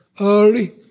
early